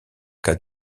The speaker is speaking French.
cas